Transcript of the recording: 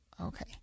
Okay